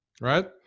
right